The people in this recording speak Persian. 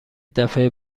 دفعه